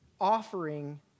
offering